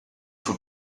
for